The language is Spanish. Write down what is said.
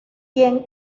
quien